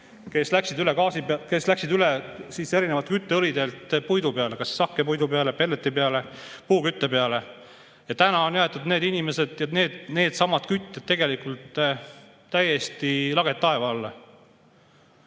kes läksid üle gaasi pealt, erinevatelt kütteõlidelt puidu peale: kas hakkepuidu peale, pelleti peale, puukütte peale. Ja täna on jäetud need inimesed, needsamad kütjad tegelikult täiesti lageda taeva alla.